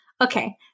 Okay